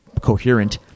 coherent